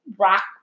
rock